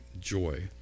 joy